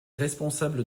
responsables